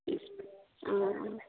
অঁ